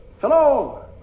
Hello